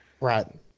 Right